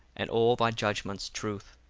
and all thy judgments truth.